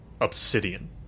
obsidian